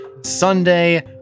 Sunday